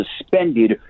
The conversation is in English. suspended